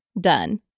done